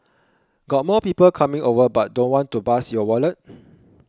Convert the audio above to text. got more people coming over but don't want to bust your wallet